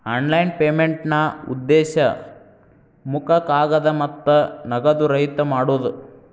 online ಪೇಮೆಂಟ್ನಾ ಉದ್ದೇಶ ಮುಖ ಕಾಗದ ಮತ್ತ ನಗದು ರಹಿತ ಮಾಡೋದ್